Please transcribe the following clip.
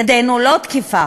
ידנו לא תקיפה.